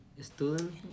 student